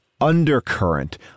undercurrent